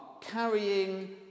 carrying